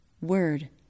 word